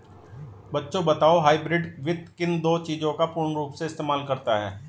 बच्चों बताओ हाइब्रिड वित्त किन दो चीजों का पूर्ण रूप से इस्तेमाल करता है?